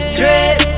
drip